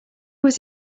was